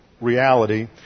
reality